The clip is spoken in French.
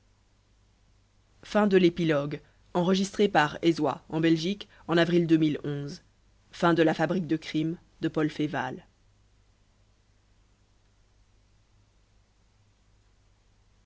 of la fabrique de crimes by